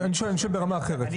אני שואל ברמה אחרת.